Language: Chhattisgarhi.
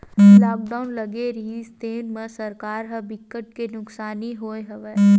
लॉकडाउन लगे रिहिस तेन म सरकार ल बिकट के नुकसानी होइस हवय